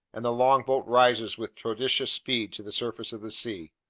and the longboat rises with prodigious speed to the surface of the sea.